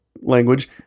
language